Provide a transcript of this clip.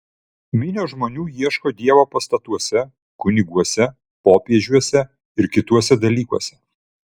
minios žmonių ieško dievo pastatuose kuniguose popiežiuose ir kituose dalykuose